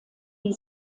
die